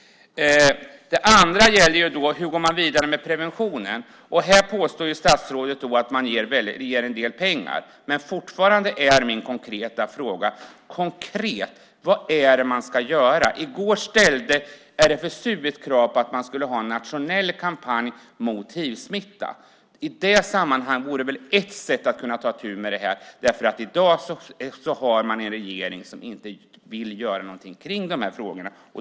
En annan fråga är hur man går vidare med preventionen. Här påstår statsrådet att man ger en del pengar. Men fortfarande är min konkreta fråga: Vad är det man ska göra konkret? I går ställde RFSU ett krav på att man skulle ha en nationell kampanj mot hivsmitta. Det vore väl ett sätt att ta itu med här. I dag har man en regering som inte vill göra någonting åt de här frågorna.